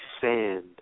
sand